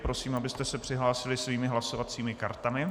Prosím, abyste se přihlásili svými hlasovacími kartami.